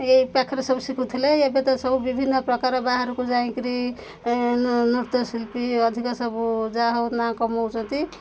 ଏଇ ପାଖରେ ସବୁ ଶିଖୁଥିଲେ ଏବେ ତ ସବୁ ବିଭିନ୍ନ ପ୍ରକାର ବାହାରକୁ ଯାଇକିରି ନୃତ୍ୟଶିଳ୍ପୀ ଅଧିକ ସବୁ ଯାହା ହଉ ନା କମାଉଛନ୍ତି